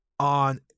On